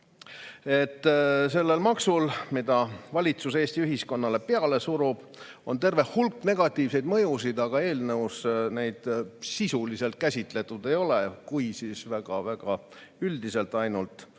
Sellel maksul, mida valitsus Eesti ühiskonnale peale surub, on terve hulk negatiivseid mõjusid, aga eelnõus neid sisuliselt käsitletud ei ole, või kui ka on, siis ainult